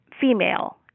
female